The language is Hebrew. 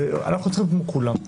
אנחנו צריכים להיות כמו כולם.